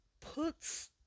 puts